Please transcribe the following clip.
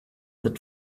that